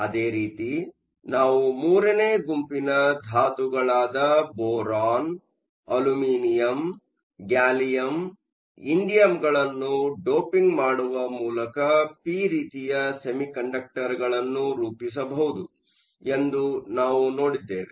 ಅದೇ ರೀತಿ ನಾವು 3ನೇ ಗುಂಪಿನ ಧಾತುಗಳಾದ ಬೋರಾನ್ ಅಲ್ಯೂಮಿನಿಯಂ ಗ್ಯಾಲಿಯಂ ಇಂಡಿಯಮ್ಗಳನ್ನು ಡೋಪಿಂಗ್ ಮಾಡುವ ಮೂಲಕ ಪಿ ರೀತಿಯ ಸೆಮಿಕಂಡಕ್ಟರ್ಗಳನ್ನು ರೂಪಿಸಬಹುದು ಎಂದು ನಾವು ನೋಡಿದ್ದೇವೆ